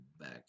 back